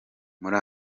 muri